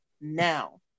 now